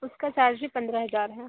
उसका चार्ज भी पंद्रह हजार है